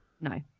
no